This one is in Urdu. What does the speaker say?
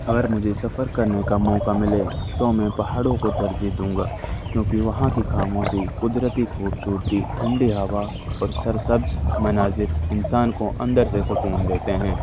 اگر مجھے سفر کرنے کا موقع ملے تو میں پہاڑوں کو ترجیح دوں گا کیونکہ وہاں کی خاموشی قدرتی خوبصورتی ٹھنڈی ہوا پر سرسبز مناظر انسان کو اندر سے سکون دیتے ہیں